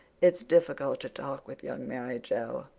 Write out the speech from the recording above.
it's difficult to talk with young mary joe.